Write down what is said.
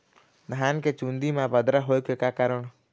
धान के चुन्दी मा बदरा होय के का कारण?